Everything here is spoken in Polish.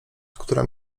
która